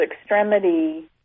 extremity